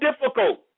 difficult